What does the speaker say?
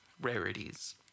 rarities